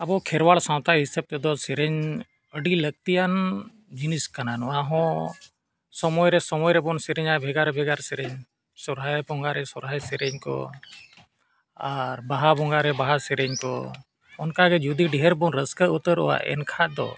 ᱟᱵᱚ ᱠᱷᱮᱨᱣᱟᱲ ᱥᱟᱶᱛᱟᱭ ᱦᱤᱥᱟᱹᱵ ᱛᱮᱫᱚ ᱥᱮᱨᱮᱧ ᱟᱹᱰᱤ ᱞᱟᱹᱠᱛᱤᱭᱟᱱ ᱡᱤᱱᱤᱥ ᱠᱟᱱᱟ ᱱᱚᱣᱟ ᱦᱚᱸ ᱥᱚᱢᱚᱭ ᱨᱮ ᱥᱚᱢᱚᱭ ᱨᱮᱵᱚᱱ ᱥᱮᱨᱮᱧᱟ ᱵᱷᱮᱜᱟᱨ ᱵᱷᱮᱜᱟᱨ ᱥᱮᱨᱮᱧ ᱥᱚᱦᱚᱨᱟᱭ ᱵᱚᱸᱜᱟᱨᱮ ᱥᱚᱦᱚᱨᱟᱭ ᱥᱮᱨᱮᱧ ᱠᱚ ᱟᱨ ᱵᱟᱦᱟ ᱵᱚᱸᱜᱟᱨᱮ ᱵᱟᱦᱟ ᱥᱮᱨᱮᱧ ᱠᱚ ᱚᱱᱠᱟᱜᱮ ᱡᱩᱫᱤ ᱰᱷᱮᱨ ᱵᱚᱱ ᱨᱟᱹᱥᱠᱟᱹ ᱩᱛᱟᱹᱨᱚᱜᱼᱟ ᱮᱱᱠᱷᱟᱱ ᱫᱚ